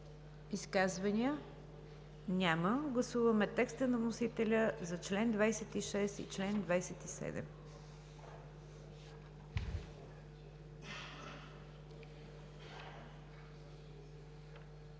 Изказвания? Няма. Гласуваме текста на вносителя за чл. 26 и чл. 27.